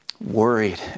worried